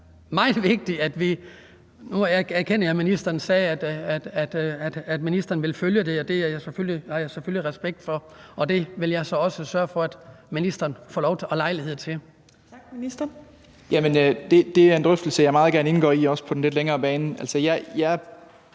synes er meget vigtig. Nu erkender jeg, at ministeren sagde, at ministeren vil følge det, og det har jeg selvfølgelig respekt for, og det vil jeg så også sørge for at ministeren får lov til og lejlighed til. Kl. 14:39 Tredje næstformand (Trine Torp): Tak. Ministeren.